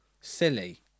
silly